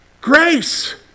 Grace